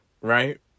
Right